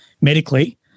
medically